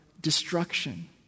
destruction